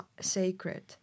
sacred